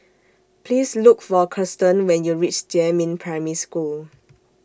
Please Look For Kirsten when YOU REACH Jiemin Primary School